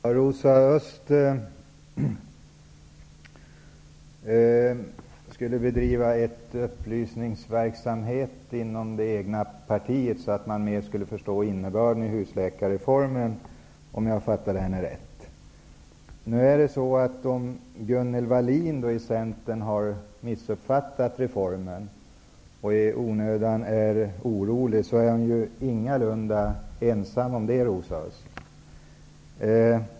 Herr talman! Rosa Östh skulle behöva bedriva upplysningsverksamhet inom det egna partiet så att man bättre skulle förstå innebörden i husläkarreformen, om jag nu uppfattade henne rätt. Om Gunnel Wallin i Centern har missuppfattat reformen och i onödan är orolig, är hon ingalunda ensam om det, Rosa Östh.